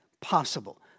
possible